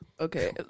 Okay